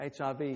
HIV